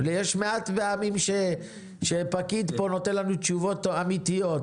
יש מעט פעמים שפקיד פה נותן לנו תשובות אמיתיות.